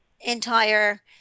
entire